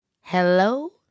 hello